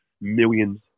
millions